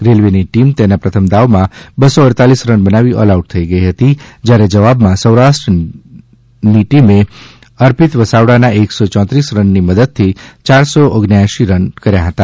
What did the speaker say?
રેલ્વેની team તેના પ્રથમ દાવમાં બસો અડતાલીસ રન બનાવી ઓલ આઉટ થઈ ગઈ હતી જ્યારે જવાબમાં સૌરાષ્ટ્રની ટીમે અર્પિત વસાવડાના એક સો ચોત્રીસ રનની મદદથી યારસો ઓગ્ણીયએશી રન કર્યા હતા